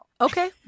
Okay